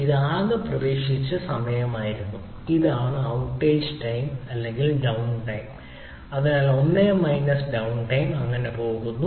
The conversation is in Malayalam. ഇത് ആകെ പ്രതീക്ഷിച്ച സമയമായിരുന്നു ഇതാണ് ഔട്ടേജ് അല്ലെങ്കിൽ ഡൌൺടൈം അതിനാൽ 1 മൈനസ് ഡൌൺടൈം അങ്ങനെ പോകുന്നു